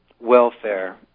welfare